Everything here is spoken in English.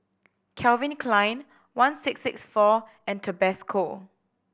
Calvin Klein one six six four and Tabasco